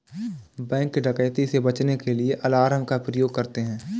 bank डकैती से बचने के लिए अलार्म का प्रयोग करते है